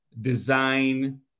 design